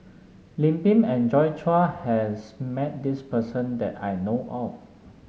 Lim Pin and Joi Chua has met this person that I know of